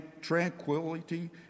tranquility